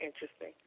interesting